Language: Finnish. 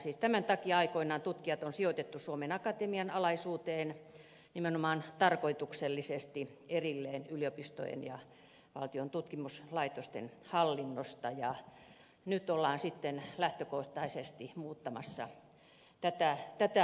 siis tämän takia aikoinaan tutkijat on sijoitettu suomen akatemian alaisuuteen nimenomaan tarkoituksellisesti erilleen yliopistojen ja valtion tutkimuslaitosten hallinnosta ja nyt ollaan sitten lähtökohtaisesti muuttamassa tätä ajatusta